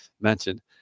mentioned